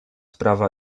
prawa